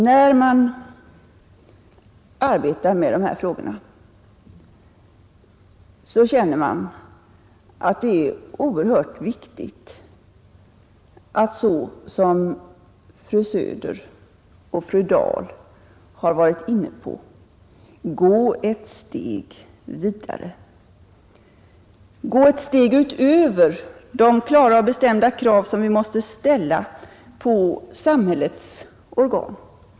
När man arbetar med dessa frågor känner man att det är oerhört viktigt att så som fru Söder och fru Dahl varit inne på gå ett steg vidare, 35 ett steg utöver de klara och bestämda krav som vi måste ställa på samhällets organ.